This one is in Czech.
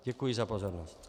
Děkuji za pozornost.